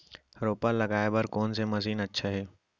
रोपा लगाय बर कोन से मशीन अच्छा हे?